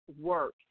work